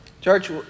Church